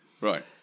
Right